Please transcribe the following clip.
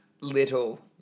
little